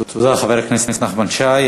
תודה, חבר הכנסת נחמן שי.